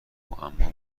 معما